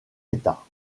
état